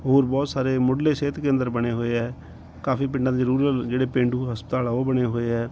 ਹੋਰ ਬਹੁਤ ਸਾਰੇ ਮੁੱਢਲੇ ਸਿਹਤ ਕੇਂਦਰ ਬਣੇ ਹੋਏ ਹੈ ਕਾਫੀ ਪਿੰਡਾਂ ਦੇ ਰੂਰਲ ਜਿਹੜੇ ਪੇਂਡੂ ਹਸਪਤਾਲ ਆ ਉਹ ਬਣੇ ਹੋਏ ਹੈ